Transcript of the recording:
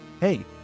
Hey